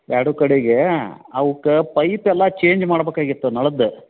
ಎರಡು ಕಡೆಗೆ ಅವಕ್ಕೆ ಪೈಪ್ ಎಲ್ಲ ಚೇಂಜ್ ಮಾಡ್ಬೇಕಾಗಿತ್ತು ನಳದ್ದು